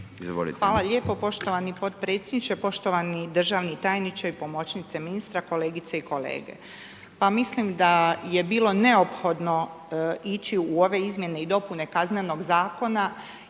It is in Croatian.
Hvala lijepo poštovani potpredsjedniče, poštovani državni tajniče i pomoćnice ministra, kolegice i kolege. Pa mislim da je bilo neophodno ići u ove Izmjene i dopune Kaznenog zakona